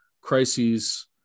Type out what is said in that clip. crises